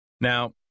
Now